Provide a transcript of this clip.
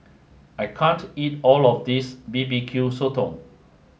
I can't eat all of this B B Q Sotong